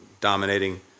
dominating